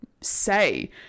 say